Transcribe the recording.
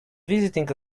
visiting